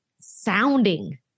sounding